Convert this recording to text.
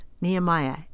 Nehemiah